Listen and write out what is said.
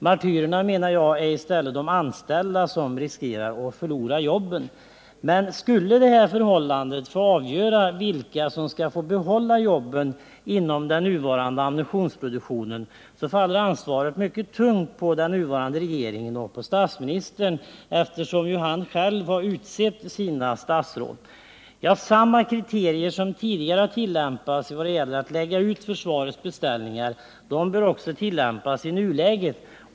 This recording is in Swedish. Enligt min mening är det snarare de anställda som kan bli martyrer, eftersom de riskerar att förlora jobben. Skulle det här förhållandet få avgöra vilka som skall få behålla jobben när det gäller den nuvarande ammunitionsproduktionen, vilar ansvaret mycket tungt på den nya regeringen och på statsministern, då han ju själv har utsett sina statsråd. Samma kriterier som tidigare har tillämpats när man lagt ut försvarsbeställningar bör också tillämpas i nuläget.